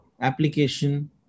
application